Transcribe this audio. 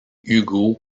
hugo